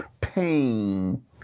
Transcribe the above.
pain